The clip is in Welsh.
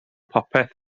bopeth